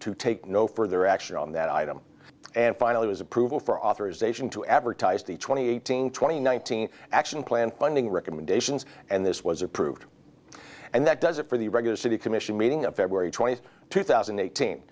to take no further action on that item and finally was approval for authorization to advertise to twenty eighteen twenty nineteen action plan funding recommendations and this was approved and that does it for the regular city commission meeting of february twentieth two thousand and eighteen